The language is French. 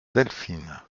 delphine